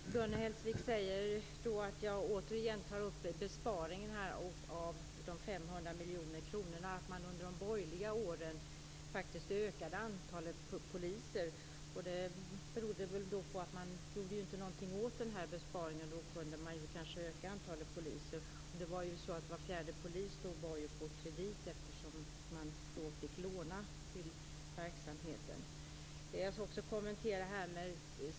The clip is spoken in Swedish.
Fru talman! Gun Hellsvik sade att jag återigen tog upp besparingen av de 500 miljoner kronorna medan man under de borgerliga åren faktiskt ökade antalet poliser. Det berodde väl på att man inte gjorde någonting åt denna besparing, och då kunde antalet poliser öka. Men det var ju så att var fjärde polis var anställd på kredit, eftersom man var tvungen att låna till verksamheten.